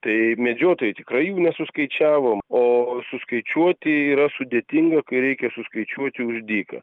tai medžiotojai tikrai jų nesuskaičiavo o suskaičiuoti yra sudėtinga kai reikia suskaičiuoti už dyką